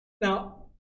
Now